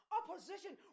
opposition